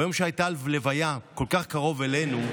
ביום שהייתה לוויה כל כך קרוב אלינו,